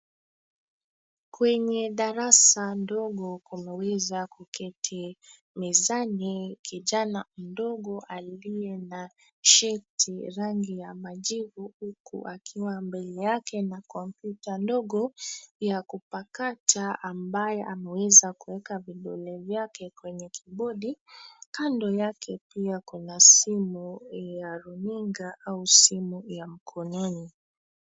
Kwenye darasa ndogo kumeweza kuketi mezani kijana mdogo aliye na shati rangi ya majivu huku akiwa mbele yake na kompyuta ndogo ya kupakata, ambaye ameweza kuweka vidole vyake kwenye kibodi. Kando yake pia kuna simu ya runinga au simu ya mkononi.